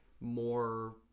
more